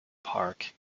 park